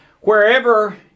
wherever